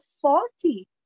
faulty